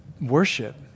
worship